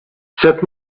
cette